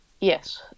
Yes